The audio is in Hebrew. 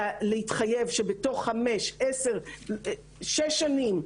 להתחייב שבתוך חמש-עשר-שש שנים,